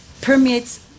permeates